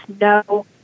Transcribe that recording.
no